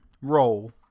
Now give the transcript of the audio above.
roll